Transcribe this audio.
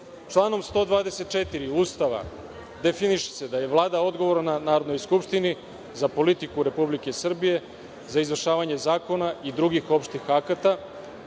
sam. Članom 124. Ustava definiše se da je Vlada odgovorna Narodnoj skupštini za politiku Republike Srbije, za izvršavanje zakona i drugih opštih akata